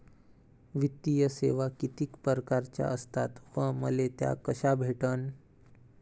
वित्तीय सेवा कितीक परकारच्या असतात व मले त्या कशा भेटन?